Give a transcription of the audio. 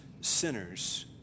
sinners